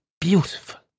beautiful